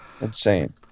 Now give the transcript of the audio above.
Insane